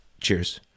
Cheers